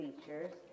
features